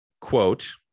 Quote